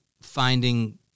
finding